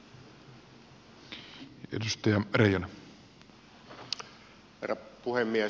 herra puhemies